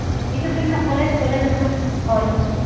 ᱦᱤᱡᱩᱜ ᱵᱤᱱ ᱱᱟᱜ ᱠᱚᱞᱮᱡᱽ ᱠᱚᱞᱮᱡᱽ ᱨᱮᱱᱟᱜ ᱦᱳᱭ